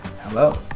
Hello